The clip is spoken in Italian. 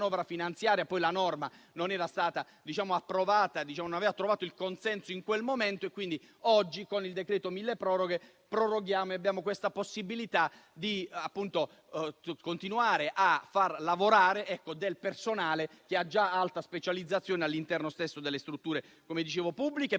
poi la norma non era stata approvata, poiché non aveva trovato il consenso in quel momento. Oggi con il decreto-legge milleproroghe diamo questa possibilità di continuare a far lavorare del personale che ha già alta specializzazione all'interno delle strutture pubbliche.